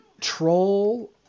troll